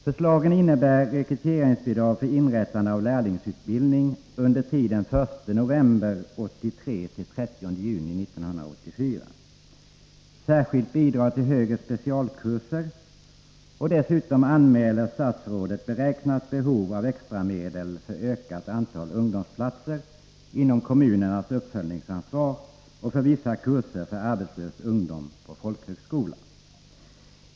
Förslagen innebär rekryteringsbidrag för inrättande av läringsutbildning under tiden 1 november 1983-30 juni 1984 och vidare särskilt bidrag till högre specialkurser. Dessutom anmäler statsrådet beräknat behov av extra medel för ökat antal ungdomsplatser inom kommunernas uppföljningsansvar och för vissa kurser för arbetslös ungdom på folkhögskola.